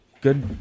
Good